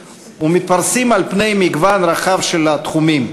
ומתפרסים על פני מגוון רחב של תחומים.